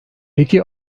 peki